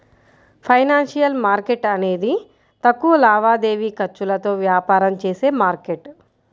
financial market అనేది తక్కువ లావాదేవీ ఖర్చులతో వ్యాపారం చేసే మార్కెట్